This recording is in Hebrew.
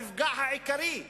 שהוא הנפגע העיקרי,